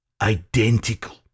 Identical